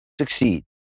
succeed